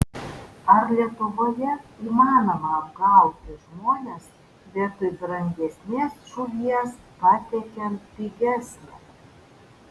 ar lietuvoje įmanoma apgauti žmones vietoj brangesnės žuvies patiekiant pigesnę